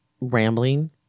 rambling